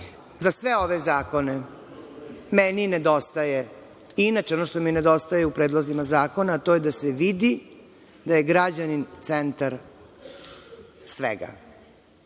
sve ove zakone meni nedostaje, inače ono što mi nedostaje u predlozima zakona to je da se vidi da je građanin centar svega.